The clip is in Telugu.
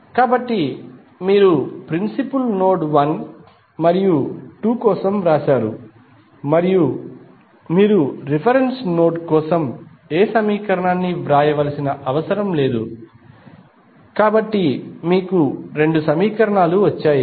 కాబట్టి మీరు ప్రిన్సిపుల్ నోడ్ 1 మరియు 2 కోసం వ్రాశారు మరియు మీరు రిఫరెన్స్ నోడ్ కోసం ఏ సమీకరణాన్ని వ్రాయవలసిన అవసరం లేదు కాబట్టి మీకు రెండు సమీకరణాలు వచ్చాయి